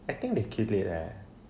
I think they kill it leh